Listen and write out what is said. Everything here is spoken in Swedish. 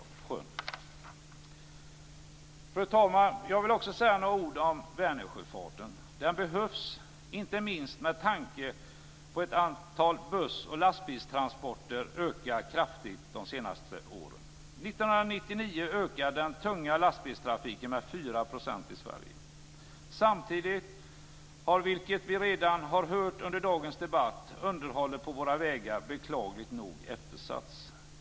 Fru talman! Jag vill också säga några ord om Vänersjöfarten. Den behövs, inte minst med tanke på att antalet buss och lastbilstransporter har ökat kraftigt de senaste åren. 1999 ökade den tunga lastbilstrafiken med 4 % i Sverige. Samtidigt har, vilket vi redan har hört under dagens debatt, underhållet av våra vägar beklagligt nog eftersatts.